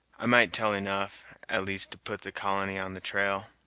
i might tell enough, at least, to put the colony on the trail.